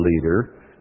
leader